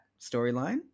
storyline